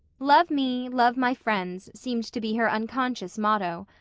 love me, love my friends seemed to be her unconscious motto.